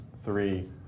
three